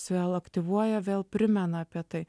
jos vėl aktyvuoja vėl primena apie tai